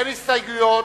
אין הסתייגויות,